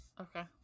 Okay